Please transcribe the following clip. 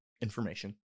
information